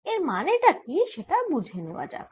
এর মানে কি সেটা বুঝে নেওয়া যাক